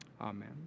Amen